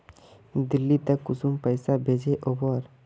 दिल्ली त कुंसम पैसा भेज ओवर?